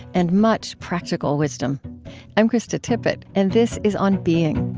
and much practical wisdom i'm krista tippett, and this is on being